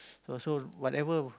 so so whatever